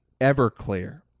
Everclear